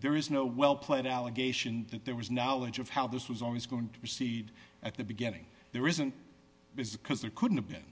there is no well played allegation that there was knowledge of how this was always going to proceed at the beginning there isn't because there couldn't have been